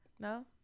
No